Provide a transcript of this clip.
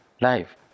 life